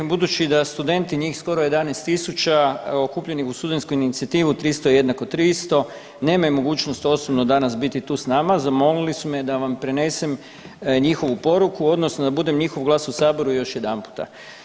Budući da studenti njih skoro 11.000 okupljenih u studentsku inicijativu „300 jednako 300“ nemaju mogućnost osobno danas biti tu s nama, zamolili su me da prenesem njihovu poriku odnosno da budem njihov glas u saboru još jedanput.